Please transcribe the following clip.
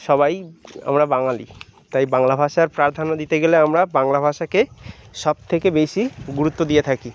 সবাই আমরা বাঙালি তাই বাংলা ভাষার প্রাধান্য দিতে গেলে আমরা বাংলা ভাষাকে সবথেকে বেশি গুরুত্ব দিয়ে থাকি